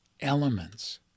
elements